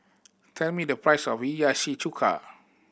tell me the price of Hiyashi Chuka